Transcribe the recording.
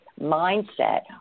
mindset